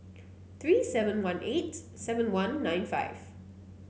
three seven one eight seven one nine five